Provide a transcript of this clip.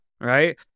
Right